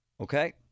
Okay